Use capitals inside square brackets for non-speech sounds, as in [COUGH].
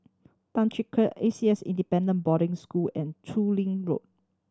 [UNINTELLIGIBLE] A C S Independent Boarding School and Chu Lin Road